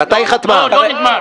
לא, לא נגמר.